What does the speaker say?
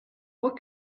what